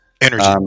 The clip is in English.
Energy